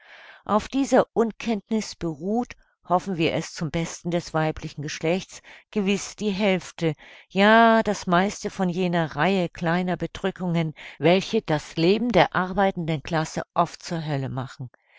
auf dieser unkenntniß beruht hoffen wir es zum besten des weiblichen geschlechts gewiß die hälfte ja das meiste von jener reihe kleiner bedrückungen welche das leben der arbeitenden klasse oft zur hölle machen